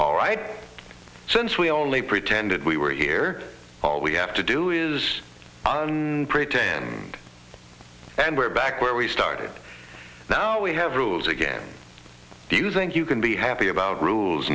all right since we only pretended we were here all we have to do is pretend and we're back where we started now we have rules again do you think you can be happy about rules